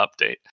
update